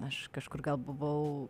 aš kažkur gal buvau